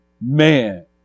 Man